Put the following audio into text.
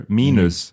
minus